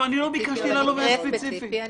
לא ביקשתי ללווה הספציפי.